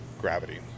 gravity